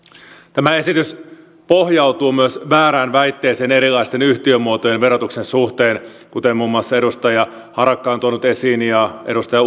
tämä esitys pohjautuu myös väärään väitteeseen erilaisten yhtiömuotojen verotuksen suhteen kuten muun muassa edustaja harakka on tuonut esiin ja edustaja